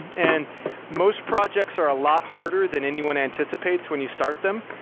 and most projects are a lot harder than anyone anticipates when you start them.